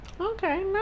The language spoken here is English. Okay